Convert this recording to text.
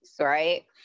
right